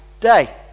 day